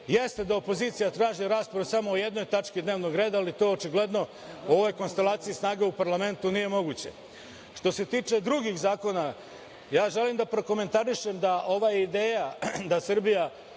Jeste da opozicija traži raspravu samo o jednoj tački dnevnog reda, ali to očigledno u ovoj konstelaciji snaga u parlamentu nije moguće. Što se tiče drugih zakona, želim da prokomentarišem da ova ideja da Srbija